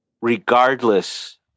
Regardless